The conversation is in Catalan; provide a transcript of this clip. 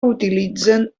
utilitzen